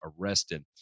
arrested